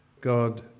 God